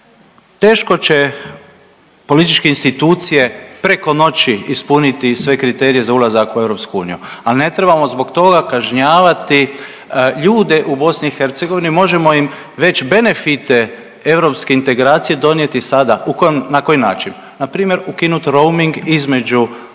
Teško će političke institucije preko noći ispuniti sve kriterije za ulazak u EU, ali ne trebamo zbog toga kažnjavati ljude u BiH, možemo im već benefite europske integracije donijeti sada u kojem, na koji način npr. ukinuti roaming između